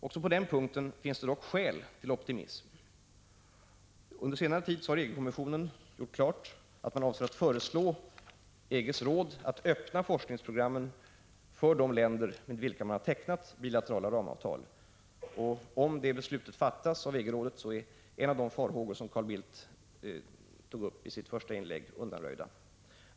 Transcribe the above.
Också på den punkten finns det dock skäl till optimism. Under senare tid har EG-kommissionen gjort klart att man avser att föreslå EG:s råd att öppna forskningsprogrammen för de länder med vilka man har tecknat bilaterala ramavtal. Om det beslutet fattas av EG-rådet, är en av de farhågor som Carl Bildt tog upp i sitt första inlägg undanröjd.